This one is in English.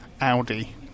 Audi